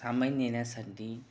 सामाईन नेण्यासाठी